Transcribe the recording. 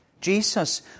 Jesus